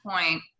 point